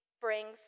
brings